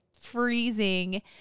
freezing